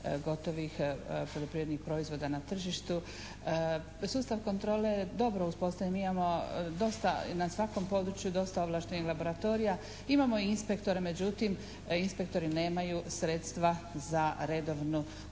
gotovih poljoprivrednih proizvoda na tržištu. Sustav kontrole je dobro uspostavljen, mi imamo dosta, na svakom području dosta ovlaštenih laboratorija, imamo inspektore, međutim inspektori nemaju sredstva za redovnu